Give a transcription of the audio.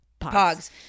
pogs